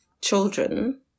children